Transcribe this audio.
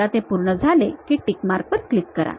एकदा ते पूर्ण झाले की टिक मार्क वर क्लिक करा